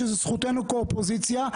שזו זכותנו כאופוזיציה,